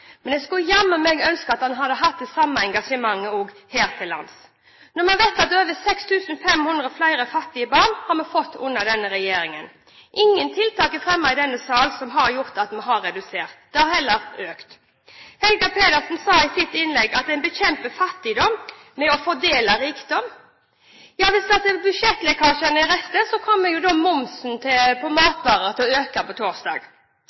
Men jeg skulle ønske at han hadde hatt det samme engasjementet også her til lands. Vi vet at vi har fått over 6 500 flere fattige barn under denne regjeringen. Ingen tiltak som er fremmet i denne sal har klart å redusere dette, det har heller økt. Helga Pedersen sa i sitt innlegg at en bekjemper fattigdom ved å fordele rikdom. Ja, hvis budsjettlekkasjene er riktige, kommer vi på torsdag til å se at momsen på